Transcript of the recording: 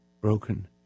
broken